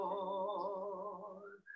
Lord